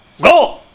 go